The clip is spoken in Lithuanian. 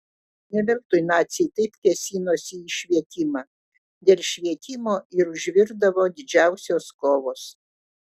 ne veltui naciai taip kėsinosi į švietimą dėl švietimo ir užvirdavo didžiausios kovos